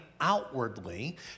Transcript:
outwardly